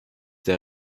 der